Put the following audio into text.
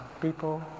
people